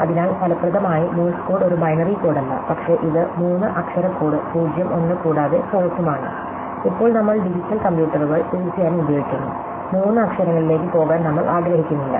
അതിനാൽ ഫലപ്രദമായി Morse code ഒരു ബൈനറി കോഡല്ല പക്ഷേ ഇത് മൂന്ന് അക്ഷര കോഡ് 0 1 കൂടാതെ പോസും ആണ് ഇപ്പോൾ നമ്മൾ ഡിജിറ്റൽ കമ്പ്യൂട്ടറുകൾ തീർച്ചയായും ഉപയോഗിക്കുന്നു മൂന്ന് അക്ഷരങ്ങളിലേക്ക് പോകാൻ നമ്മൾ ആഗ്രഹിക്കുന്നില്ല